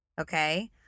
Okay